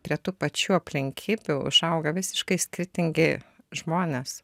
prie tų pačių aplinkybių užauga visiškai skirtingi žmonės